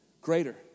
greater